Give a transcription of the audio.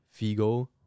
Figo